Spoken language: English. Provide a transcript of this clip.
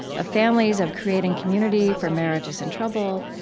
of families, of creating community for marriages in trouble,